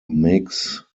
makes